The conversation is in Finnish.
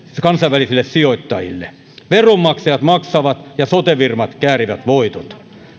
kansainvälisille sijoittajille veronmaksajat maksavat ja sote firmat käärivät voitot